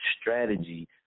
strategy